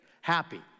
Happy